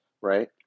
right